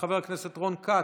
חבר הכנסת רון כץ,